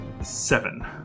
Seven